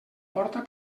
porta